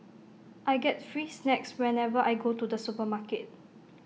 I get free snacks whenever I go to the supermarket